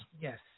Yes